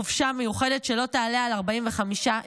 חופשה מיוחדת שלא תעלה על 45 ימים.